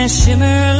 shimmer